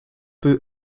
peu